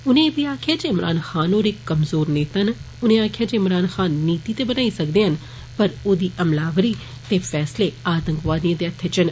उने एह बी आक्खेआ जे इमरान खान होर इक कमज़ोर नेता न उनें आक्खेआ जे इमरान खान नीति ते बनाई सकदे हेन पर औंदी अमलावरी ते फैसले आतंकवादिएं दे हत्थै च न